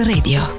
Radio